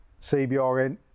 CBRN